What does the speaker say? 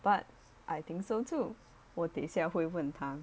but I think so too 我等一下会问他